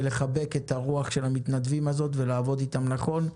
לחבק את הרוח של המתנדבים ולעבוד איתם נכון,